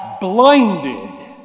blinded